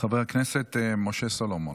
חבר הכנסת משה סולומון.